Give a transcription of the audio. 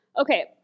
Okay